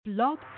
blog